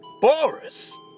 Boris